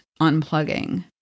unplugging